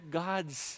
gods